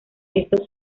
esto